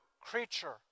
creature